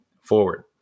forward